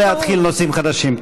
לא להתחיל נושאים חדשים.